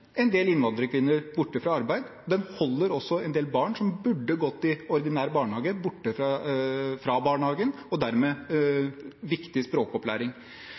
en del innvandrerkvinner borte fra arbeid. Den holder også en del barn som burde gått i ordinær barnehage, borte fra barnehagen og dermed viktig språkopplæring.